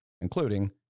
including